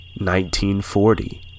1940